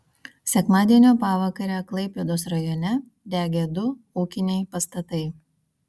sekmadienio pavakarę klaipėdos rajone degė du ūkiniai pastatai